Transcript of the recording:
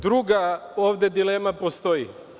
Druga ovde dilema postoji.